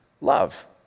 love